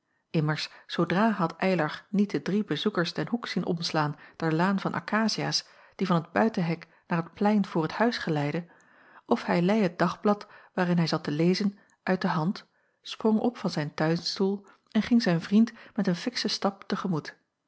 immers zoodra had eylar niet de drie bezoekers den hoek zien omslaan der laan van akaciaas die van het buitenhek naar het plein voor t huis geleidde of hij leî het dagblad waarin hij zat te lezen uit de hand sprong op van zijn tuinstoel en ging zijn vriend met een fikschen stap